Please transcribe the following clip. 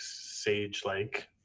sage-like